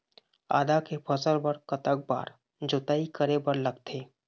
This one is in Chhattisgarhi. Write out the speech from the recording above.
आदा के फसल बर कतक बार जोताई करे बर लगथे?